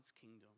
kingdom